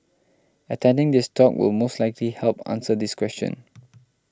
attending this talk will most likely help answer this question